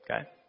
Okay